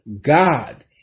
God